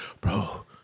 bro